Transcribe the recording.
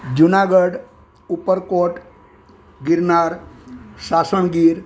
Junagadh Uparkot Girnar Sasan Gir